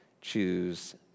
choose